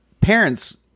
parents